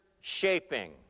shaping